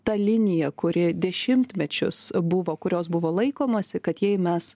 ta linija kuri dešimtmečius buvo kurios buvo laikomasi kad jei mes